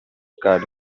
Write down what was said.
card